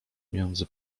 między